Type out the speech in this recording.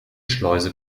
schleuse